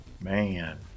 Man